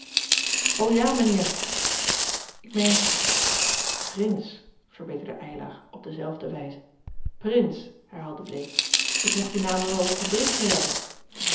ja mijn heer ik meen prins verbeterde eylar op dezelfde wijze prins herhaalde bleek ik mocht die namen wel op een briefje hebben